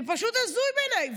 זה פשוט הזוי בעיניי.